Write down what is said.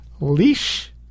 leash